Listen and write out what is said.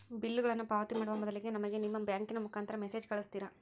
ಬಿಲ್ಲುಗಳನ್ನ ಪಾವತಿ ಮಾಡುವ ಮೊದಲಿಗೆ ನಮಗೆ ನಿಮ್ಮ ಬ್ಯಾಂಕಿನ ಮುಖಾಂತರ ಮೆಸೇಜ್ ಕಳಿಸ್ತಿರಾ?